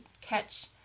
catch